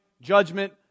judgment